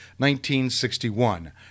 1961